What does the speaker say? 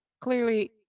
clearly